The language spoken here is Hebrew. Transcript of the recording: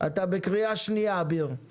אחרי עוד שני חברי הכנסת.